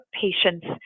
patients